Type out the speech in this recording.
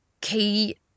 key